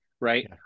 Right